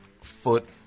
Foot